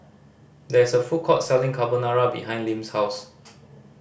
there is a food court selling Carbonara behind Lim's house